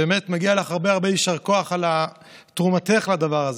באמת מגיע לך הרבה הרבה יישר כוח על תרומתך לדבר הזה.